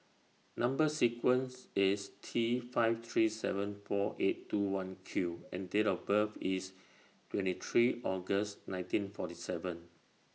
Number sequence IS T five three seven four eight two one Q and Date of birth IS twenty three August nineteen forty seven